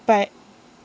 but